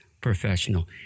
professional